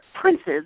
princes